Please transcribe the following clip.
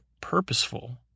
purposeful